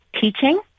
teaching